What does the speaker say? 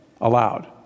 allowed